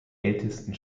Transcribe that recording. ältesten